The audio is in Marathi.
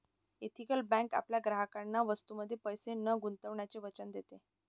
एथिकल बँक आपल्या ग्राहकांना वस्तूंमध्ये पैसे न गुंतवण्याचे वचन देते